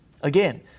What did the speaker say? Again